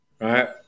right